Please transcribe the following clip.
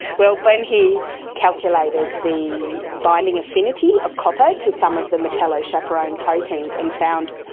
well, when he calculated the binding affinity of copper to some of the metallochaperone proteins and found,